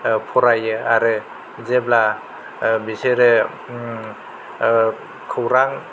फरायो आरो जेब्ला बिसोरो खौरां